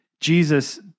Jesus